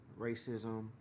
racism